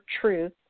Truth